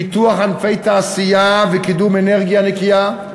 לפיתוח ענפי תעשייה ולקידום אנרגיה נקייה,